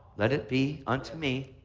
let it be unto me.